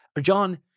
John